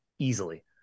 Easily